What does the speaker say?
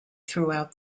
throughout